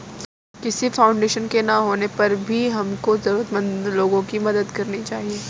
किसी फाउंडेशन के ना होने पर भी हमको जरूरतमंद लोगो की मदद करनी चाहिए